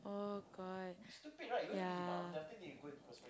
oh god yeah